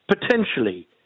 potentially